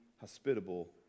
hospitable